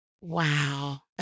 Wow